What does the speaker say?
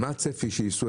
מה הצפי שיסעו,